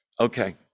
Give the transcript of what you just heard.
Okay